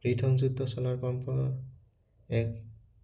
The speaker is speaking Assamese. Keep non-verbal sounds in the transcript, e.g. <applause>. <unintelligible> সংযুক্ত চ'লাৰ পম্পৰ এক